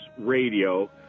radio